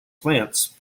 plants